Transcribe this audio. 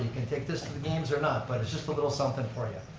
you can take this to the games or not, but it's just a little somethin' for ya.